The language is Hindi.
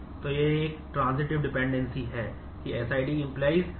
तो यह है कि यह ट्रान्सिटिव डिपेंडेंसी है कि SID → status है